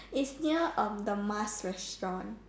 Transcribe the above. its near um the mask restaurant